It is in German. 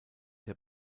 der